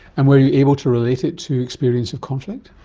and were you able to relate it to experience of conflict?